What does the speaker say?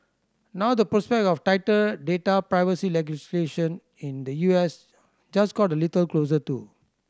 now the prospect of tighter data privacy legislation in the U S just got a little closer too